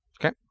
Okay